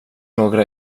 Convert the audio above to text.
några